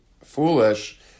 foolish